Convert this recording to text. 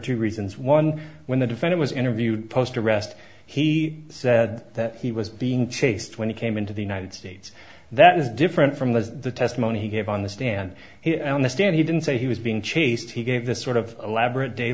two reasons one when the defender was interviewed post arrest he said that he was being chased when he came into the united states that is different from the testimony he gave on the stand here on the stand he didn't say he was being chased he gave this sort of elaborate day